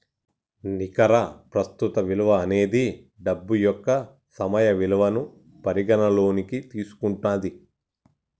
నికర ప్రస్తుత విలువ అనేది డబ్బు యొక్క సమయ విలువను పరిగణనలోకి తీసుకుంటది